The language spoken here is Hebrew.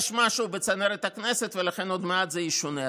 יש משהו בצנרת הכנסת, ולכן עוד מעט זה ישונה.